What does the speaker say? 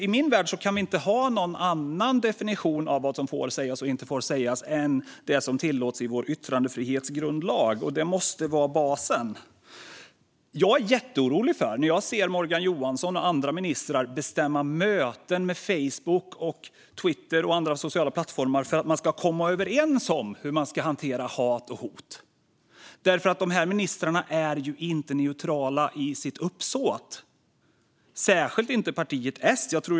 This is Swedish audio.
I min värld kan vi inte ha någon annan definition av vad som får sägas och vad som inte får sägas än det som gäller enligt vår yttrandefrihetsgrundlag. Det måste vara basen. Jag är jätteorolig när jag ser Morgan Johansson och andra ministrar bestämma möten med Facebook och Twitter och andra sociala plattformar för att man ska komma överens om hur man ska hantera hat och hot. Dessa ministrar är ju inte neutrala i sitt uppsåt, särskilt inte när det gäller partiet S.